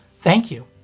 thank you.